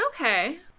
Okay